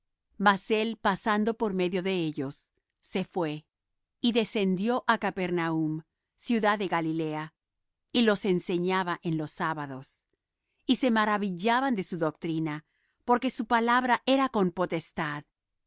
él pasando por medio de ellos se fué y descendió á capernaum ciudad de galilea y los enseñaba en los sábados y se maravillaban de su doctrina porque su palabra era con potestad